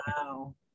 Wow